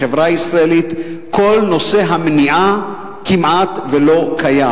החברה הישראלית: כל נושא המניעה כמעט שלא קיים,